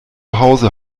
hause